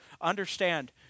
Understand